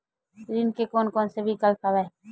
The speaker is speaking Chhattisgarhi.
ऋण के कोन कोन से विकल्प हवय?